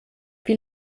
wie